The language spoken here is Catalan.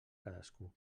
cadascú